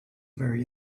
very